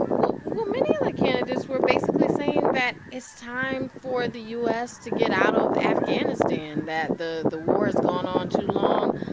well, many of the candidates were basically saying that it's time for the u s. to get out of afghanistan that the the war has gone on too long.